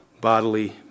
bodily